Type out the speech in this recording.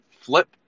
flip